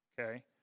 okay